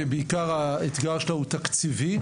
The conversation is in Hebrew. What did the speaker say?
שבעיקר האתגר שלה הוא תקציבי,